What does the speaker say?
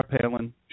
Palin